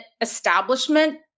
establishment